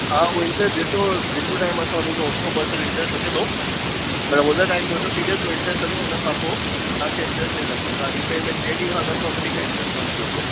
हा ओ इंटरस्ट जेतिरो जेतिरो टाईम असां वटि हुंदो ओतिरो पर्संट इंटरस्ट लॻंदो मन उन टाईम जो उन पीरियड जो इंटरस्ट लॻंदो उन खां पोइ तव्हांखे इंटरस्ट न लॻंदो तव्हां रीपेमेंट जंहिं ॾींहुं खां कंदव उन ॾींहुं खां इंटरस्ट बंदि थी वेंदो